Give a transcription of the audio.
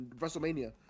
WrestleMania